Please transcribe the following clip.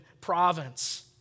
province